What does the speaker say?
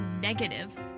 negative